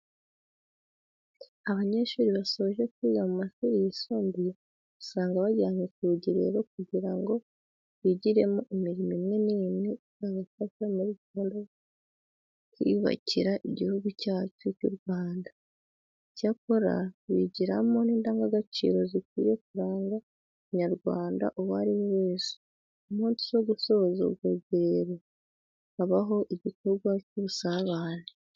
Abanyeshuri basoje kwiga mu mashuri yisumbuye usanga bajyanwe ku rugerero kugira ngo bigiremo imirimo imwe n'imwe izabafasha muri gahunda yo kwiyubakira Igihugu cyacu cy'u Rwanda. Icyakora bigiramo n'indangagaciro zikwiye kuranga Umunyarwanda uwo ari we wese. Ku munsi wo gusoza urwo rugerero habaho igikorwa cy'ubusabane.